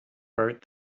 bert